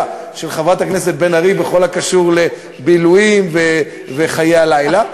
של חברת הכנסת בן ארי בכל הקשור לבילויים וחיי הלילה.